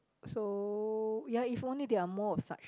so ya if only there are more of such